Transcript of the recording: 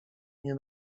nie